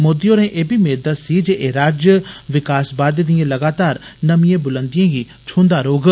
मोदी होरें एह् मेद बी दस्सी जे एह् राज्य विकास बाद्दे दिएं लगातार नमिएं बुलंदियें गी छून्दा रौह्ग